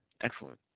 Excellent